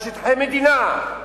על שטחי מדינה.